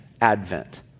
advent